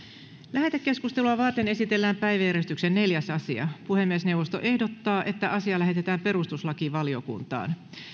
lähetekeskustelua varten esitellään päiväjärjestyksen neljäs asia puhemiesneuvosto ehdottaa että asia lähetetään perustuslakivaliokuntaan